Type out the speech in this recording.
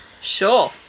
sure